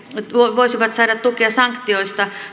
voisivat saada tukea sanktioista